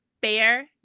bear